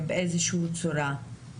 בצורה כלשהי.